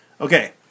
Okay